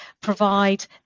provide